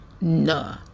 Nah